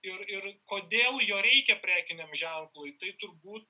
ir ir kodėl jo reikia prekiniam ženklui tai turbūt